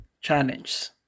challenges